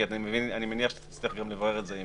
כי אני מניח שתצטרך גם לברר את זה עם